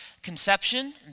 conception